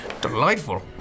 Delightful